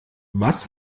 was